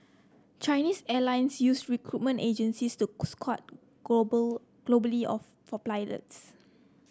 Chinese Airlines use recruitment agencies to scout global globally of for pilots